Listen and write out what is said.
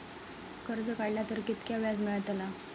कर्ज काडला तर कीतक्या व्याज मेळतला?